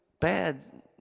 bad